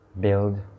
build